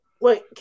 wait